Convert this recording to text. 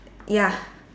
ya